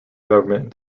government